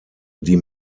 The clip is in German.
die